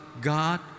God